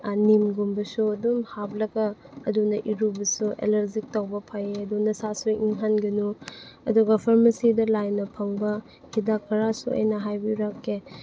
ꯅꯤꯝꯒꯨꯝꯕꯁꯨ ꯑꯗꯨꯝ ꯍꯥꯞꯂꯒ ꯑꯗꯨꯅ ꯏꯔꯨꯕꯁꯦ ꯑꯦꯂꯔꯖꯤꯛ ꯇꯧꯕ ꯐꯩꯌꯦ ꯑꯗꯨ ꯅꯁꯥꯁꯨ ꯏꯪꯍꯟꯒꯅꯨ ꯑꯗꯨꯒ ꯐꯥꯔꯃꯁꯤꯗ ꯂꯥꯏꯅ ꯐꯪꯕ ꯍꯤꯗꯥꯛ ꯈꯔꯁꯨ ꯑꯩꯅ ꯍꯥꯏꯕꯤꯔꯛꯀꯦ